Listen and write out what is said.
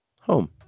home